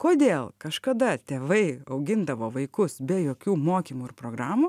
kodėl kažkada tėvai augindavo vaikus be jokių mokymų ir programų